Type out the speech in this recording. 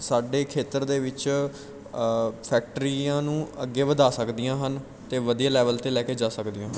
ਸਾਡੇ ਖੇਤਰ ਦੇ ਵਿੱਚ ਫੈਕਟਰੀਆਂ ਨੂੰ ਅੱਗੇ ਵਧਾ ਸਕਦੀਆਂ ਹਨ ਅਤੇ ਵਧੀਆ ਲੈਵਲ 'ਤੇ ਲੈ ਕੇ ਜਾ ਸਕਦੀਆਂ ਹਨ